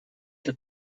для